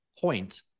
point